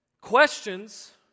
Questions